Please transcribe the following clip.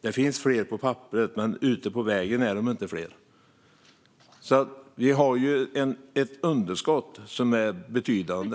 Det finns fler på papperet, men ute på vägen är de inte fler. Vi har alltså ett underskott som är betydande.